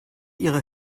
ihre